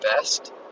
best